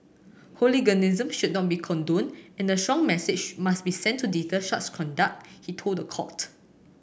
hooliganism should not be condoned and a strong message must be sent to deter such conduct he told the court